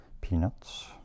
Peanuts